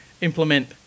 implement